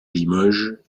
limoges